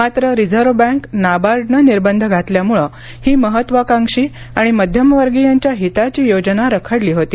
मात्र reserve bank नाबार्डने निर्बंध घातल्यामुळे ही महत्त्वाकांक्षी आणि मध्यमवर्गीयांच्या हिताची योजना रखडली होती